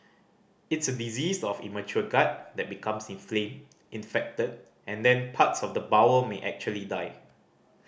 it's a disease of immature gut that becomes inflamed infected and then parts of the bowel may actually die